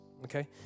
okay